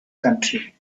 country